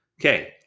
Okay